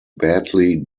badly